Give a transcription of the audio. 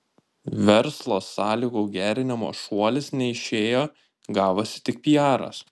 verslo sąlygų gerinimo šuolis neišėjo gavosi tik piaras